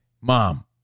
Mom